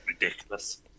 ridiculous